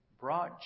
brought